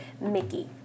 Mickey